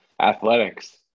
athletics